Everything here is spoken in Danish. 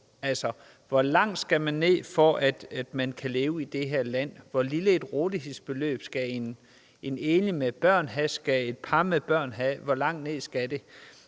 Altså, hvor langt skal man ned, for at man kan leve i det her land? Hvor lille et rådighedsbeløb skal en enlig med børn have, skal et par med børn have? Hvor langt ned skal det?